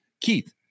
Keith